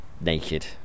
naked